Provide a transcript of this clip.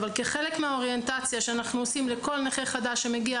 אבל כחלק מהאוריינטציה שאנחנו עושים לכל נכה חדש שמגיע